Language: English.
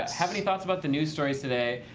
have any thoughts about the news stories today?